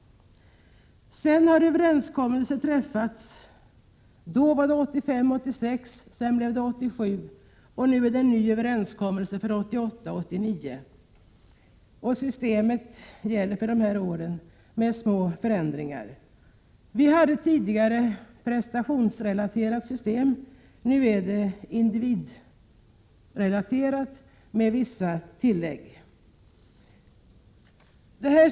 Därefter har överenskommelser träffats för 1987 och för åren 1988 och 1989. Systemet gäller även för dessa år med små förändringar. Vi hade tidigare ett prestationsrelaterat system, nu är det individrelaterat med vissa tillägg.